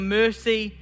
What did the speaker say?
mercy